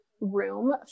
room